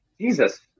Jesus